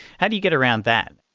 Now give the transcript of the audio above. how do you get around that?